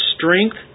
strength